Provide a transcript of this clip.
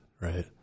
Right